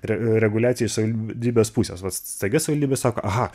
reguliacija iš savivaldybės pusės staiga savivaldybės sako ha